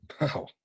Wow